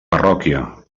parròquia